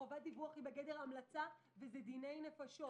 חובת דיווח היא בגדר המלצה וזה דיני נפשות.